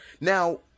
Now